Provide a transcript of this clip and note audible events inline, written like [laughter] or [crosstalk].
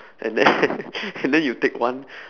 and then [laughs] and then you take one